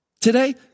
today